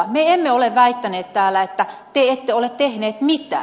me emme ole väittäneet täällä että te ette ole tehneet mitään